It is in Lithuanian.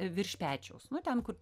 virš pečiaus nu ten kur